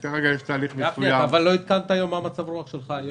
גפני, אבל לא עדכנת מה מצב הרוח שלך היום.